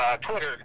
Twitter